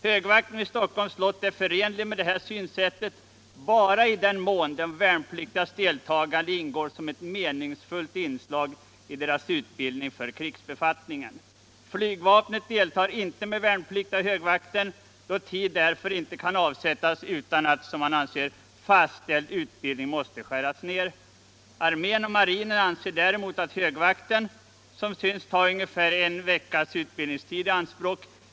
Högvakten vid Stockholms slott är förenlig med detta synsätt bara i den mån de värnpliktigas deltagande ingår som ett meningsfullt inslag i deras utbildning för krigsbefattningen. Flygvapnet deltar inte med värnpliktiga i högvakten,. då tid härför inte kan avsättas utan att ”fastställd utbildning måste skäras ned”. Armén och marinen anser däremot alt högvakten. som synes ta ungelär'en veckas utbildningstid i anspråk.